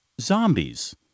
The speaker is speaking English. zombies